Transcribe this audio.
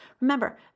Remember